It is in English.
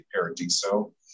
Paradiso